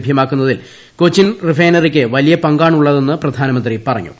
ലഭ്യമാക്കുന്നതിൽ കൊച്ചിൻ റിഫൈനറിയ്ക്ക് വലിയ പങ്കാണുള്ളതെന്ന് പ്രധാനമന്ത്രി പറഞ്ഞു